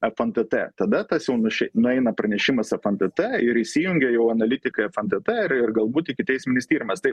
fntt tada tas jau nu šei nueina pranešimas fntt ir įsijungia jau analitikai fntt ir galbūt ikiteisminis tyrimas tai